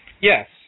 Yes